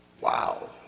Wow